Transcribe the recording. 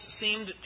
seemed